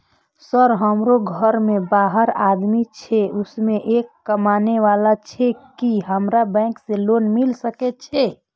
Sir हमरो घर में बारह आदमी छे उसमें एक कमाने वाला छे की हमरा बैंक से लोन मिल सके छे?